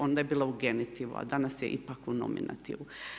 Onda je bila u genitivu, a danas je ipak u nominativu.